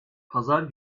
pazar